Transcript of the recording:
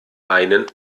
einen